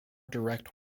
direct